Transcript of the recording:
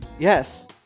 Yes